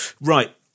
right